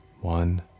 One